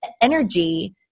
energy